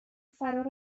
فرار